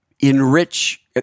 enrich